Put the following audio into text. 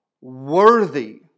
worthy